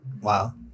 Wow